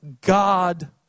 God